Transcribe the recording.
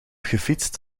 gefietst